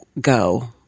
go